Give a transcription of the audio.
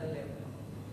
על הלב.